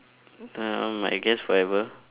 um I guess forever